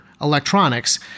electronics